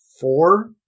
four